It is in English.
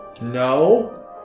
No